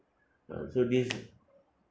uh so this